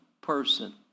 person